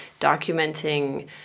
documenting